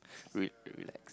wait relax